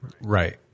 Right